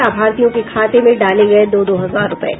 लाभार्थियों के खाते में डाले गये दो दो हजार रूपये